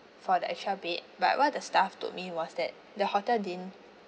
for the extra bed but what the staff told me was that the hotel didn't